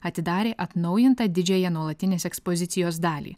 atidarė atnaujintą didžiąją nuolatinės ekspozicijos dalį